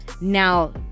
now